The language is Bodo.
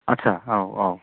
आदसा औ औ